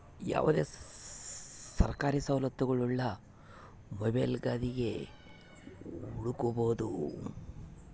ಯಾವುದೇ ಸರ್ಕಾರಿ ಸವಲತ್ತುಗುಳ್ನ ಮೊಬೈಲ್ದಾಗೆ ಹುಡುಕಬೊದು